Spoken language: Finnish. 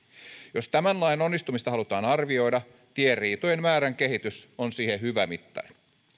jos tämän lain onnistumista halutaan arvioida tieriitojen määrän kehitys on siihen hyvä mittari